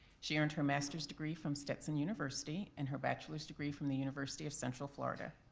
she earned her master's degree from stetson university, and her bachelor's degree from the university of central florida.